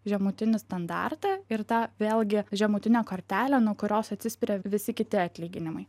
žemutinį standartą ir tą vėlgi žemutinę kortelę nuo kurios atsispiria visi kiti atlyginimai